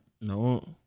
no